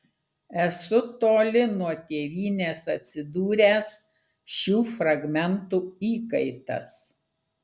esu toli nuo tėvynės atsidūręs šių fragmentų įkaitas